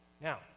Now